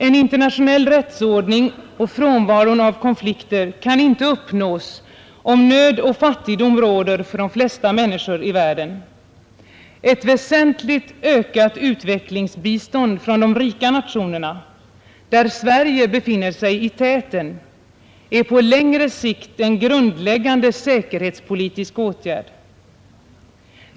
En internationell rättsordning och frånvaron av konflikter kan inte uppnås om nöd och fattigdom råder för de flesta människor i världen. Ett väsentligt ökat utvecklingsbistånd från de rika nationerna, där Sverige befinner sig i täten, är på längre sikt en grundläggande säkerhetspolitisk åtgärd.